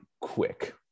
quick